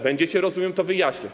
Będziecie, rozumiem, to wyjaśniać.